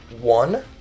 one